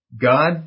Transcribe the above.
God